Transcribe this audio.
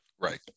Right